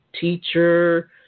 teacher